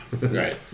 right